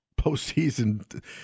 postseason